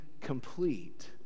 complete